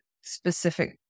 specific